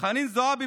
חנין זועבי,